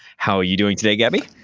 how are you doing today, gabi?